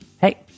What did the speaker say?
hey